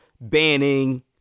banning